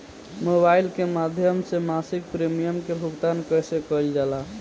Mobile के माध्यम से मासिक प्रीमियम के भुगतान कैसे कइल जाला?